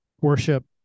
worship